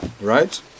Right